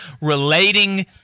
relating